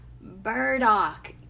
burdock